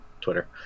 Twitter